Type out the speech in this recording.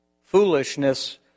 Foolishness